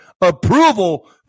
approval